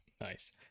Nice